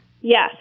Yes